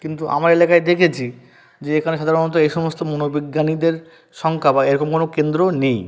কিন্তু আমার এলাকায় দেখেছি যে এখানে সাধারণত এ সমস্ত মনোবিজ্ঞানীদের সংখ্যা বা এরকম কোনো কেন্দ্র নেই